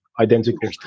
identical